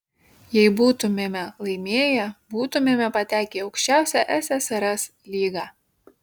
jei būtumėme laimėję būtumėme patekę į aukščiausią ssrs lygą